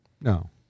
No